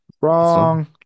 wrong